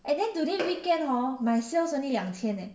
and then today weekend hor my sales only 两千 eh